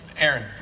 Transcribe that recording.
Aaron